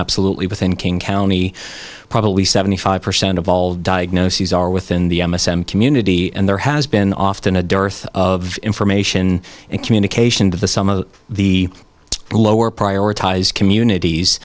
absolutely within king county probably seventy five percent of all diagnoses are within the m s m community and there has been often a dearth of information and communication to the some of the lower prioritize communities